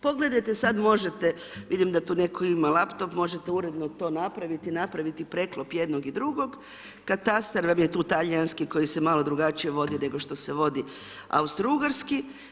Pogledajte, sada možete, vidim da tu netko ima laptop, možete uredno to napraviti, napraviti preklop jednog i drugog, katastar vam je tu talijanski koji se malo drugačije vodi nego što se vodi Austro-Ugarski.